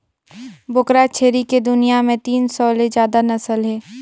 बोकरा छेरी के दुनियां में तीन सौ ले जादा नसल हे